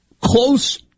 close